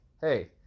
Hey